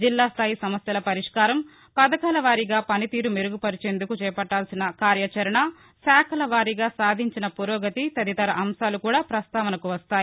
జిల్లా స్టాయి సమస్యల పరిష్కారం పథకాల వారీగా పనితీరు మెరుగు పరిచేందుకు చేపట్టవలసిన కార్యాచరణ శాఖల వారీగా సాధించిన పురోగతి తదితర అంశాలు కూడా పస్తావనకు వస్తాయి